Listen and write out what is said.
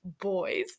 boys